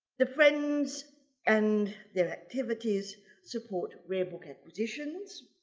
the friends and their activities support rare book acquisitions,